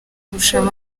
kurusha